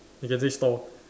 we can see stall